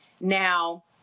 Now